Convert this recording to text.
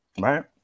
Right